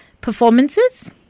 performances